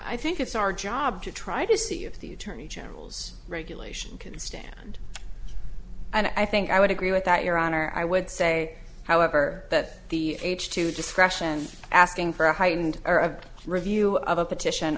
think it's our job to try to see if the attorney general's regulation can stand and i think i would agree with that your honor i would say however that the age to discretion asking for a heightened or a review of a petition